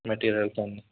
material ತಂದು